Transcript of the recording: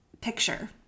picture